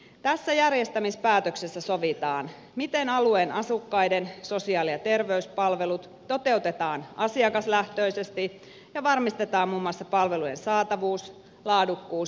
tässä järjestämispäätöksessä sovitaan miten alueen asukkaiden sosiaali ja terveyspalvelut toteutetaan asiakaslähtöisesti ja varmistetaan muun muassa palvelujen saatavuus laadukkuus ja kustannustehokkuus